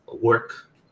work